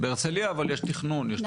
אבל בהרצליה יש תכנון, יש תוכנית מתאר.